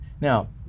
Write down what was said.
Now